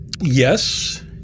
Yes